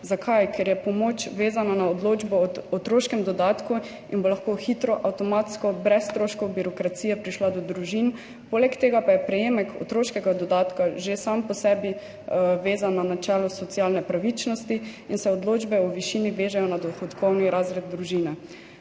Zakaj? Ker je pomoč vezana na odločbo o otroškem dodatku in bo lahko hitro, avtomatsko, brez stroškov birokracije prišla do družin, poleg tega pa je prejemek otroškega dodatka že sam po sebi vezan na načelo socialne pravičnosti in se odločbe o višini vežejo na dohodkovni razred družine.